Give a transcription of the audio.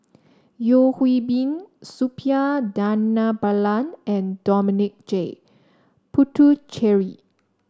Yeo Hwee Bin Suppiah Dhanabalan and Dominic J Puthucheary